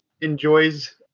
enjoys